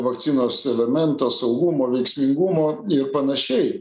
vakcinos elemento saugumo veiksmingumo ir panašiai